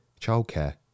childcare